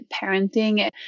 parenting